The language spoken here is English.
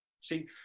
See